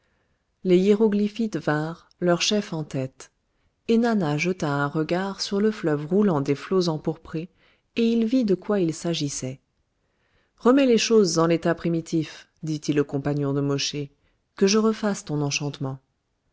les hiéroglyphites vinrent leur chef en tête ennana jeta un regard sur le fleuve roulant des flots empourprés et il vit de quoi il s'agissait remets les choses en l'état primitif dit-il au compagnon de mosché que je refasse ton enchantement